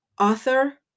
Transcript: author